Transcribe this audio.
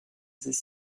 ces